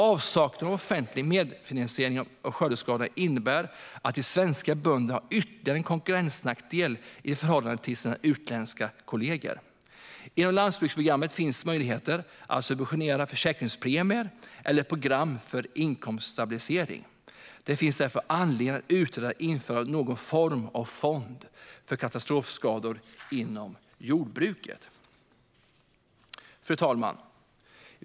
Avsaknaden av offentlig medfinansiering av skördeskadeförsäkring i Sverige innebär att de svenska bönderna har ytterligare en konkurrensnackdel i förhållande till sina utländska kollegor. Inom landsbygdsprogrammet finns möjligheter att subventionera försäkringspremier eller program för inkomststabilisering. Det finns därför anledning att utreda införandet av någon form av fond för katastrofskador inom jordbruket. Fru talman!